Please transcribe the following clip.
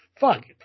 Fuck